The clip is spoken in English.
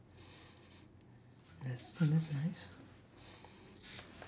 that's oh that's nice